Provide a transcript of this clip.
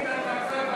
התשע"ד 2013,